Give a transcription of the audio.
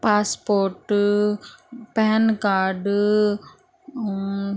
passport pan card